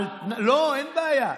אין בעיה.